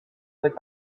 would